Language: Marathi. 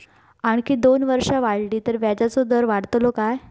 आणखी दोन वर्षा वाढली तर व्याजाचो दर वाढतलो काय?